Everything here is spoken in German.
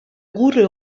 rudel